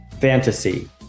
Fantasy